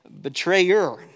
betrayer